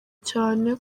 cyane